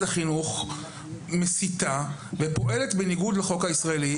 החינוך מסיתה ופועלת בניגוד לחוק הישראלי?